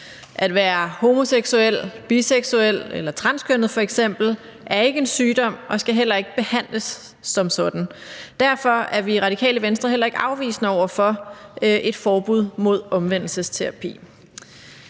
At være homoseksuel, biseksuel eller transkønnet f.eks. er ikke en sygdom og skal heller ikke behandles som sådan. Derfor er vi i Radikale Venstre heller ikke afvisende over for et forbud mod omvendelsesterapi.